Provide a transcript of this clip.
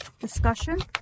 discussion